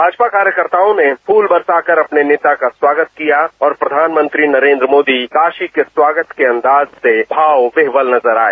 भाजपा कार्यकताओं ने फूल बरसा कर अपने नेता का स्वागत किया और प्रधानमंत्री नरेन्द्र मोदी काशी के स्वागत के अंदाज से भाव विभोर नजर आए